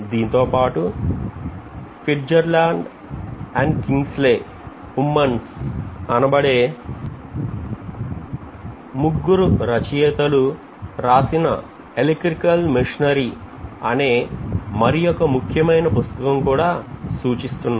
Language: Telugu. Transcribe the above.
దీంతోపాటు Fitzgerald and Kingsley Umans అనబడే ముగ్గురు గురువు రచయితలు రాసిన ఎలక్ట్రికల్ మిషనరీ అనే మరియొక ముఖ్యమైన పుస్తకం కూడా సూచిస్తున్నాను